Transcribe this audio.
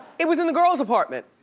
it was in the girls' apartment.